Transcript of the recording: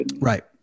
Right